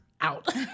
out